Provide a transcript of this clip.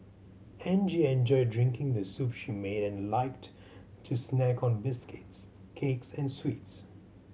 Angie enjoyed drinking the soup she made and liked to snack on biscuits cakes and sweets